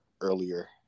earlier